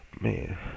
man